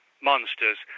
monsters